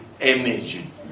energy